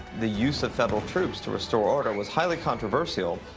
the use of federal troops to restore order was highly controversial.